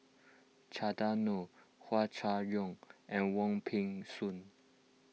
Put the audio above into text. Chandran Nair Hua Chai Yong and Wong Peng Soon